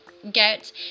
get